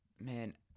man